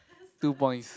two points